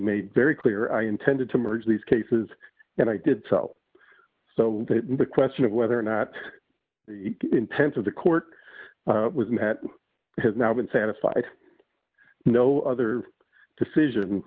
made very clear i intended to merge these cases and i did so so that the question of whether or not the intent of the court has now been satisfied no other decision